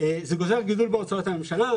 זה אומר גידול בהוצאות הממשלה,